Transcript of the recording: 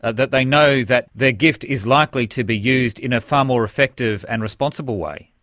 that they know that their gift is likely to be used in a far more effective and responsible way?